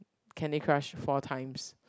Candy Crush four times